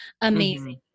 amazing